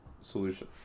solution